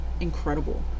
incredible